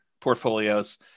portfolios